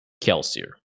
Kelsier